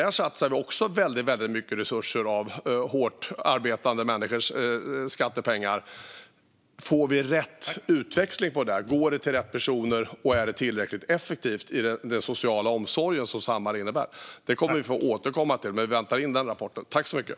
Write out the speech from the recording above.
Där satsar vi också väldigt mycket resurser från hårt arbetande människors skattepengar. Får vi rätt utväxling på detta? Går det till rätt personer, och är det tillräckligt effektivt i den sociala omsorg som Samhall innebär? Detta kommer vi att få återkomma till. Men vi inväntar denna rapport.